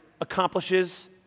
accomplishes